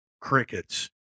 crickets